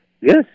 Yes